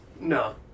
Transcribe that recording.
No